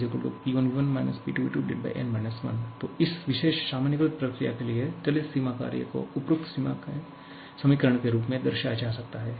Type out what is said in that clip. P1V1 P2V2n 1 तो इस विशेष सामान्यीकृत प्रक्रिया के लिए चलित सीमा कार्य को उपर्युक्त समीकरण के रूप में दर्शाया जा सकता है